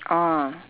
ah